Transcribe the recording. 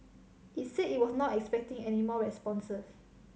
it said it was not expecting any more responses